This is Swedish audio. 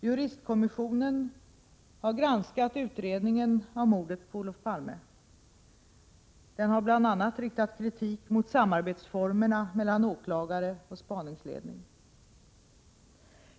Juristkommissionen har granskat utredningen av mordet på Olof Palme. Den har bl.a. riktat kritik mot samarbetsformerna mellan åklagare och spaningsledning.